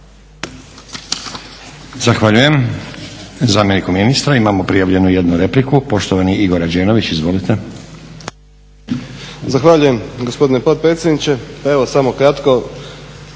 Zahvaljujem zamjeniku ministra. Imamo prijavljenu jednu repliku. Poštovani Igor Rađenović, izvolite. **Rađenović, Igor (SDP)** Zahvaljujem gospodine potpredsjedniče. Evo samo kratko,